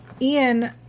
Ian